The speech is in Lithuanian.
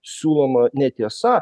siūloma netiesa